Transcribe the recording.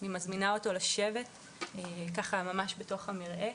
אני מזמינה אותו לשבת בתוך המרעה,